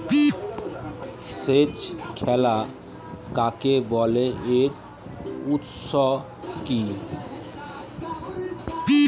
সেচ খাল কাকে বলে এর উৎস কি?